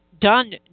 done